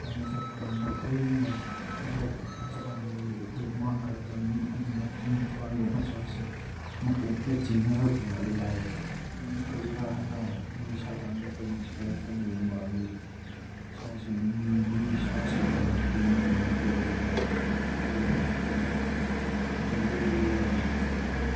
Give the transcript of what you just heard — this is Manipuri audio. ꯁꯥ ꯇꯥꯟꯕ ꯆꯠꯄꯀꯥꯟꯗ ꯍꯨꯏꯅ ꯑꯗꯨ ꯃꯆꯥꯒꯤꯗꯣ ꯃꯥꯡꯈ꯭ꯔꯕ ꯃꯤ ꯅꯨꯄꯥꯒꯤ ꯃꯆꯥꯁꯦ ꯃꯀꯣꯛꯇ ꯆꯤꯡꯉꯒ ꯄꯨꯔꯛꯏ ꯍꯥꯏꯌꯦ ꯃꯌꯥꯝꯅ ꯀꯔꯤꯔꯥ ꯍꯥꯏꯅ ꯃꯤ ꯁꯥ ꯇꯥꯟꯕ ꯈꯣꯏꯅ ꯁꯤꯀꯥꯔꯤ ꯈꯣꯏꯅ ꯌꯦꯡꯕꯀꯥꯟꯗꯗꯤ ꯁꯥꯁꯦ ꯃꯤ ꯁꯥꯁꯦ ꯑꯣꯏꯔꯝꯗ꯭ꯔꯦ ꯃꯤ ꯃꯀꯣꯛ ꯑꯣꯏꯔꯝꯃꯦ ꯍꯥꯏꯌꯦ ꯑꯗꯨ ꯌꯦꯡꯕꯀꯥꯟꯗꯗꯤ ꯃꯤꯗꯣ ꯑꯣꯏ ꯍꯥꯏꯌꯦ